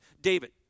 David